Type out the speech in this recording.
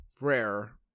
rare